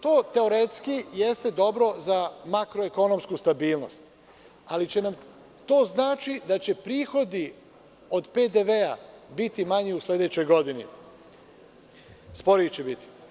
To teoretski jeste dobro za makroekonomsku stabilnost, to znači da će prihodi od PDV-a biti manji u sledećoj godini, sporiji će biti.